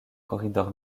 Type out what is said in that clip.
corridor